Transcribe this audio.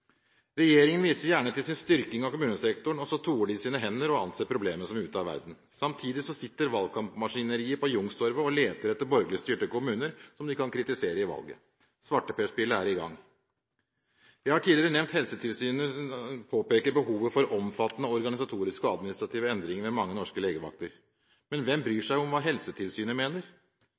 Regjeringen viser gjerne til sin styrking av kommunesektoren, og så toer de sine hender og anser problemet for å være ute av verden. Samtidig sitter valgkampmaskineriet på Youngstorget og leter etter borgerlig styrte kommuner som de kan kritisere i valget. Svarteperspillet er i gang. Jeg har tidligere nevnt at Helsetilsynet påpeker behovet for omfattende organisatoriske og administrative endringer ved mange norske legevakter. Men hvem bryr seg om hva Helsetilsynet mener?